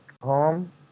home